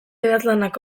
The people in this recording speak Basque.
idazlanak